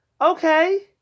Okay